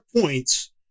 points